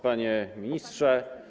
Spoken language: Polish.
Panie Ministrze!